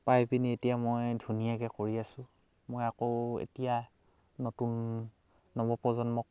পাই পিনি এতিয়া মই ধুনীয়াকৈ কৰি আছোঁ মই আকৌ এতিয়া নতুন নৱ প্ৰজন্মক